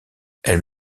elle